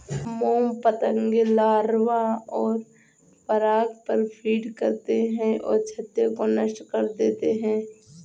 मोम पतंगे लार्वा और पराग पर फ़ीड करते हैं और छत्ते को नष्ट कर देते हैं